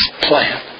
plan